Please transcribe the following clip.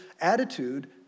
attitude